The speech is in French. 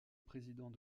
président